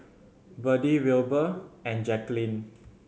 Berdie Wilbur and Jaquelin